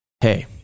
Hey